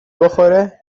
بخوره